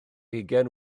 hugain